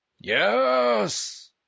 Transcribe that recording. Yes